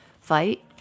fight